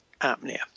apnea